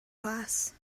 class